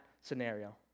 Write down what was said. scenario